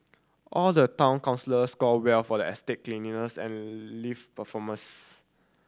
all the town scored well for the estate cleanliness and lift performance